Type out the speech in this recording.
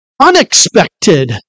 unexpected